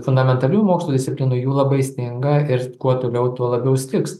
fundamentalių mokslų disciplinų jų labai stinga ir kuo toliau tuo labiau stigs